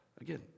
Again